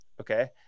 okay